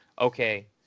Okay